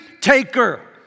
taker